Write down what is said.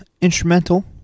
Instrumental